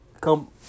come